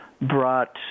brought